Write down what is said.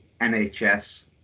NHS